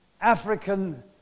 African